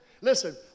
Listen